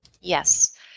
Yes